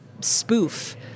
spoof